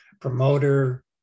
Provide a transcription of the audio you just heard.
promoter